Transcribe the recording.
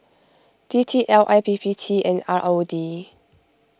D T L I P P T and R O D